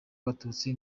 abatutsi